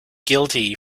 guilty